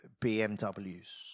BMWs